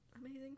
amazing